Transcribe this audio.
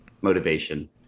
motivation